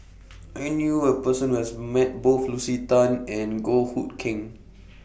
I knew A Person Who has Met Both Lucy Tan and Goh Hood Keng